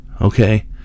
okay